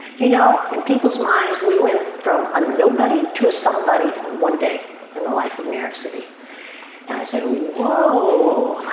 you know, in people's minds we went from a nobody to a somebody and in one day in the life of new york city and i said whoa,